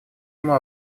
ему